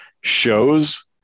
shows